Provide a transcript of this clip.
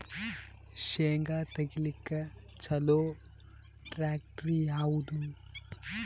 ಶೇಂಗಾ ತೆಗಿಲಿಕ್ಕ ಚಲೋ ಟ್ಯಾಕ್ಟರಿ ಯಾವಾದು?